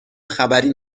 خبری